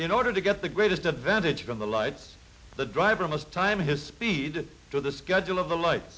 in order to get the greatest advantage from the lights the driver must time his speed to the schedule of the light